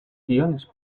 guiones